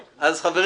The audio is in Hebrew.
אז,